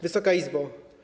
Wysoka Izbo!